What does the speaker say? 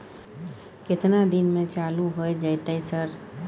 केतना दिन में चालू होय जेतै सर?